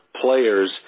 players